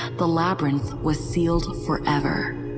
the labyrinth was sealed forever.